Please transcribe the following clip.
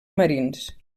marins